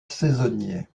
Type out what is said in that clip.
saisonnier